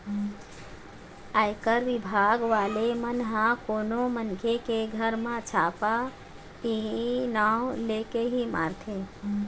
आयकर बिभाग वाले मन ह कोनो मनखे के घर म छापा इहीं नांव लेके ही मारथे